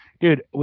Dude